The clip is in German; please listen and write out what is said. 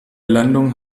landung